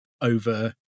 over